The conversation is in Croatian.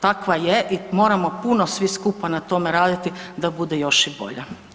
Takva je i moramo puno svi skupa na tom raditi da bude još i bolja.